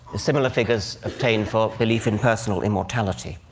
similar figures obtained for belief in personal immortality.